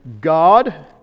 God